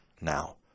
now